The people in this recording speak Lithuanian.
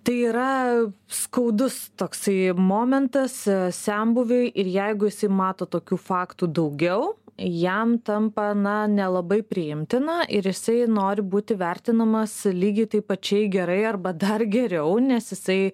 tai yra skaudus toksai momentas senbuviui ir jeigu jisai mato tokių faktų daugiau jam tampa na nelabai priimtina ir jisai nori būti vertinamas lygiai taip pačiai gerai arba dar geriau nes jisai